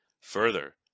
Further